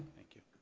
thank you.